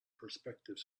prospective